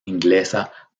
inglesa